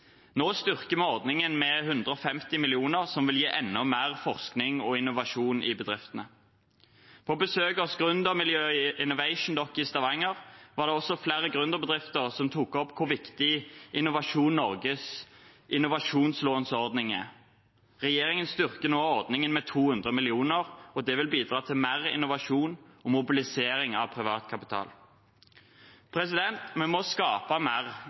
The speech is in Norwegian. Nå styrker vi ordningen med 150 mill. kr, som vil gi enda mer forskning og innovasjon i bedriftene. På besøk hos gründermiljøet Innovation Dock i Stavanger var det også flere gründerbedrifter som tok opp hvor viktig Innovasjon Norges innovasjonslåneordning er. Regjeringen styrker nå denne ordningen med 200 mill. kr, og det vil bidra til mer innovasjon og mobilisering av privat kapital. Vi må skape mer,